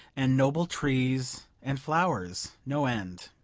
and noble trees, and flowers, no end!